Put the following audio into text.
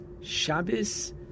Shabbos